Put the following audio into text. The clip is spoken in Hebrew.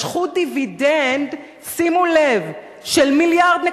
משכו דיבידנד, שימו לב, של 1.2 מיליארד.